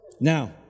Now